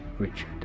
Richard